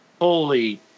Holy